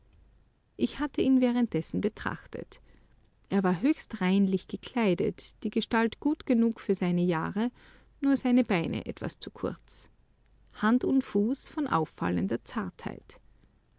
ich hatte ihn währenddessen betrachtet er war höchst reinlich gekleidet die gestalt gut genug für seine jahre nur die beine etwas zu kurz hand und fuß von auffallender zartheit